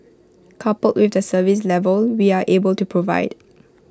coupled with the service level we are able to provide